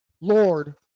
Lord